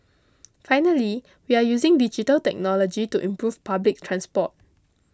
finally we are using digital technology to improve public transport